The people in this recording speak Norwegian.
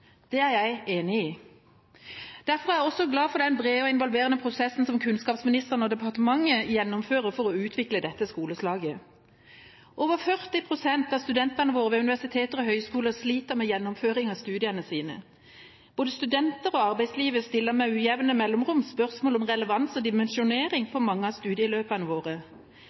Det er jeg enig i. Derfor er jeg også glad for den brede og involverende prosessen kunnskapsministeren og departementet gjennomfører for å utvikle dette skoleslaget. Over 40 pst. av studentene våre ved universiteter og høyskoler sliter med gjennomføring av studiene sine. Både studenter og arbeidslivet stiller med ujevne mellomrom spørsmål om relevans og dimensjonering for mange av studieløpene våre.